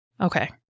okay